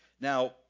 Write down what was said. Now